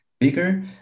bigger